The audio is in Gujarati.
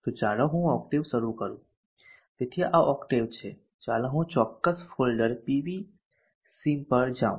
તો ચાલો હું ઓક્ટેવ શરૂ કરું તેથી આ ઓક્ટેવ છે ચાલો હું ચોક્કસ ફોલ્ડર PVsim પર જાઉં